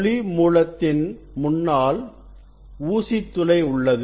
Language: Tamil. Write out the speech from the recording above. ஒளி மூலத்தின் முன்னால் ஊசித்துளை உள்ளது